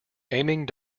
aiming